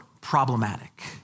problematic